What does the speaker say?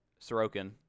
Sorokin